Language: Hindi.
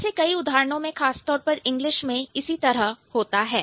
ऐसे कई उदाहरणों में खासतौर पर इंग्लिश में इसी तरह होता है